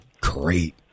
great